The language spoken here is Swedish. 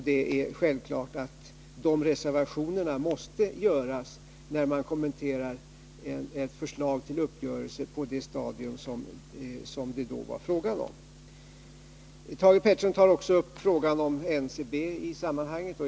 Det är självklart att dessa reservationer måste göras när man kommenterar ett förslag till uppgörelse som gjorts på det stadium det då var fråga om. Thage Peterson kom också in på frågan om NCB i sammanhanget.